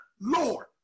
Lord